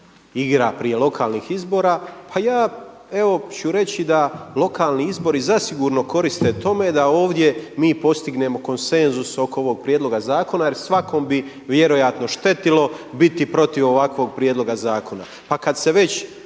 igra prije lokalnih izbora. Pa ja evo ću reći da lokalni izbori zasigurno koriste tome da ovdje mi postignemo konsenzus oko ovog prijedloga zakona jer svakom bi vjerojatno štetilo biti protiv ovakvog prijedloga zakona.